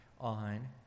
on